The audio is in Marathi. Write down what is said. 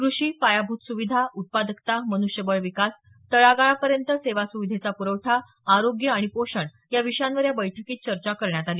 कृषी पायाभूत सुविधा उत्पादकता मनुष्यबळ विकास तळागाळापर्यंत सेवा सुविधेचा प्रवठा आरोग्य आणि पोषण या विषयांवर या बैठकीत चर्चा करण्यात आली